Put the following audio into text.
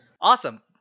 Awesome